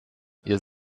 ihr